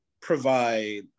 provide